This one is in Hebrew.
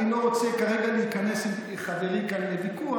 אני לא רוצה כרגע להיכנס כאן עם חברי לוויכוח.